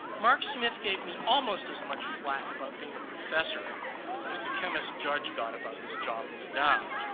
mark smith gave me almost as much flak about being a professor as the chemist judge got about his job with dow.